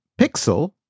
pixel